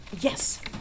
Yes